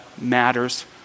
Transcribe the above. matters